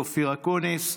אופיר אקוניס,